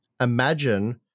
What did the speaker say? imagine